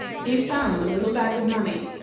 he found the little bag of money.